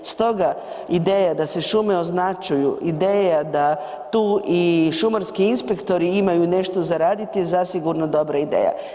Stoga ideja da se šume označuju, ideja da i tu i šumarski inspektori imaju nešto za raditi je zasigurno dobra ideja.